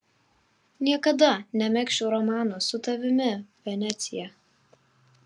niekada nemegzčiau romano su tavimi venecija